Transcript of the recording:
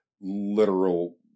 literal